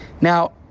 Now